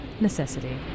necessity